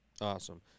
Awesome